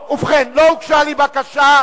ובכן, לא הוגשה לי בקשה.